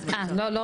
את לא רשומה.